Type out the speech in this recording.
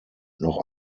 noch